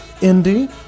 Indy